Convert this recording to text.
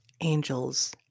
Angels